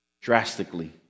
drastically